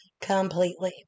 completely